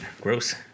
Gross